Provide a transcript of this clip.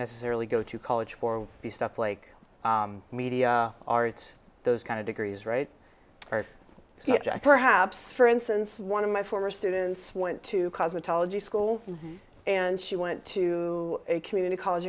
necessarily go to college for the stuff like media arts those kind of degrees right or perhaps for instance one of my former students went to cosmetology school and she went to a community college